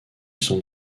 sont